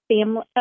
family